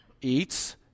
eats